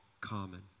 common